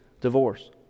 divorce